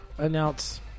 announce